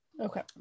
Okay